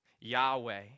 Yahweh